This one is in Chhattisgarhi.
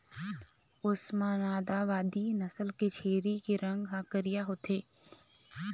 ओस्मानाबादी नसल के छेरी के रंग ह करिया होथे